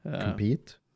compete